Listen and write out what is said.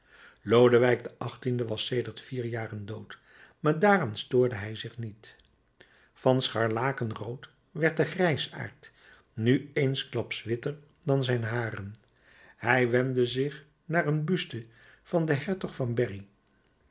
lodewijk xviii was sedert vier jaren dood maar daaraan stoorde hij zich niet van scharlakenrood werd de grijsaard nu eensklaps witter dan zijn haren hij wendde zich naar een buste van den hertog van berry